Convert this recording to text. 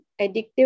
addictive